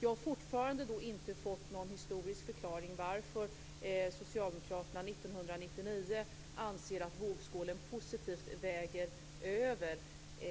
Jag har fortfarande då inte fått någon historisk förklaring till varför socialdemokraterna 1999 anser att vågskålen positivt väger över,